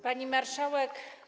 Pani Marszałek!